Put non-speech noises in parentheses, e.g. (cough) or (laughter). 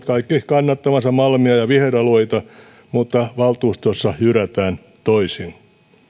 (unintelligible) kaikki ilmoittivat kannattavansa malmia ja viheralueita mutta valtuustossa jyrätään toisin